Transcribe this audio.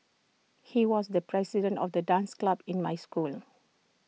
he was the president of the dance club in my school